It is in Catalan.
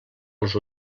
els